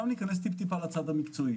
ניכנס לצד המקצועי.